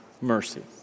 mercy